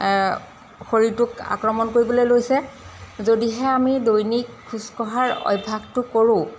শৰীৰটোক আক্ৰমণ কৰিবলৈ লৈছে যদিহে আমি দৈনিক খোজকঢ়াৰ অভ্যাসটো কৰোঁ